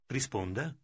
Risponda